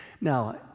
Now